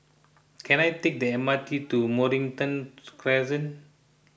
can I take the M R T to Mornington Crescent